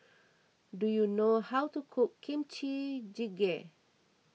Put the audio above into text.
do you know how to cook Kimchi Jjigae